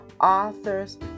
author's